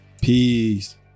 Peace